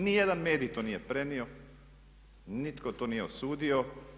Ni jedan medij to nije prenio, nitko to nije osudio.